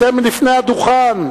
אתם לפני הדוכן.